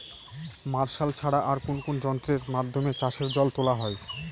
Martial ছাড়া আর কোন কোন যন্ত্রেরর মাধ্যমে চাষের জল তোলা হয়?